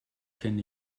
kenne